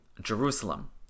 Jerusalem